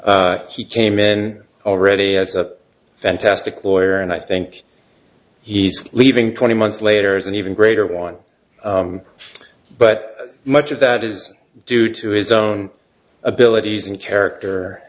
and he came in already as a fantastic lawyer and i think he's leaving twenty months later is an even greater one but much of that is due to his own abilities in character